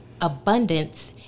abundance